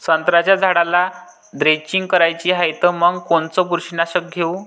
संत्र्याच्या झाडाला द्रेंचींग करायची हाये तर मग कोनच बुरशीनाशक घेऊ?